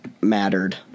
mattered